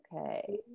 Okay